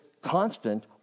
constant